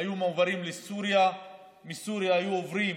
היו מועברים לסוריה ומסוריה היו עוברים